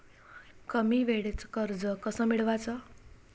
कमी वेळचं कर्ज कस मिळवाचं?